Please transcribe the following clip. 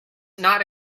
not